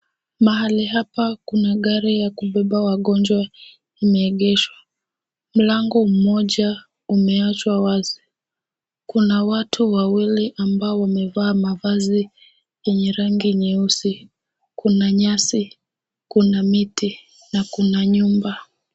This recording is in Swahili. Mahali hapa kuna gari ya kubeba wagonjwa imeegeshwa. Mlango mmoja umeachwa wazi. Kuna watu wawili ambao wamevaa mavazi yenye rangi nyeusi. Kuna nyasi, kuna miti, na kuna nyumba.